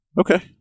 Okay